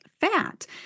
fat